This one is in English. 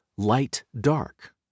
light-dark